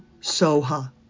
Soha